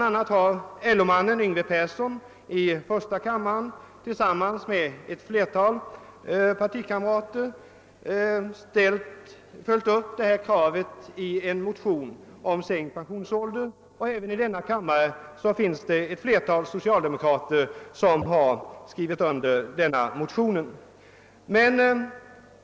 a. har LO-mannen Yngve Persson i första kammaren tillsammans med ett flertal av sina partikamrater följt upp detta krav i en motion om sänkt pensionsålder. Även i denna kammare har ett flertal socialdemokrater skrivit under den motionen.